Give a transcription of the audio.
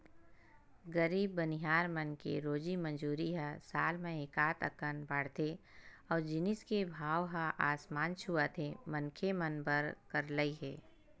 गरीब बनिहार मन के रोजी मंजूरी ह साल म एकात अकन बाड़थे अउ जिनिस के भाव ह आसमान छूवत हे मनखे मन बर करलई हे